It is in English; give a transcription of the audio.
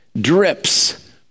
drips